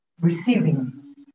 receiving